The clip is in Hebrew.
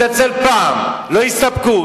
התנצל פעם, לא הסתפקו.